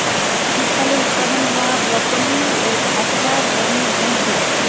শীতকালে উৎপাদন হায়া ব্রকোলি একটা ধরণের গ্রিন সবজি